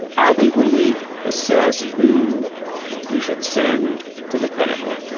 i think when we assess who we should send to the pinnacle,